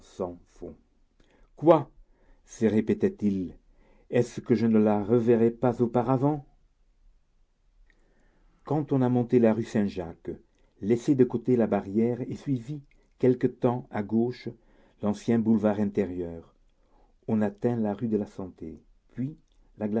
sans fond quoi se répétait-il est-ce que je ne la reverrai pas auparavant quand on a monté la rue saint-jacques laissé de côté la barrière et suivi quelque temps à gauche l'ancien boulevard intérieur on atteint la rue de la santé puis la